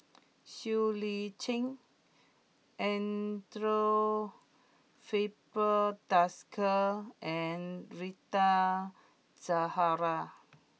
Siow Lee Chin Andre Filipe Desker and Rita Zahara